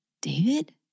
David